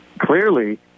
clearly